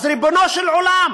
אז ריבונו של עולם,